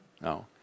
No